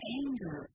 anger